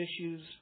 issues